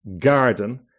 garden